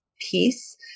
peace